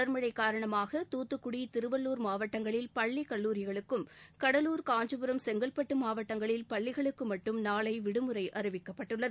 தொடர் மழை காரணமாக தூத்துக்குடி திருவள்ளுர் மாவட்டங்களில் பள்ளி கல்லூரிகளுக்கும் கடலூர் காஞ்சிபுரம் செங்கல்பட்டு மாவட்டங்களில் பள்ளிகளுக்கு மட்டும் நாளை விடுமுறை அறிவிக்கப்பட்டுள்ளது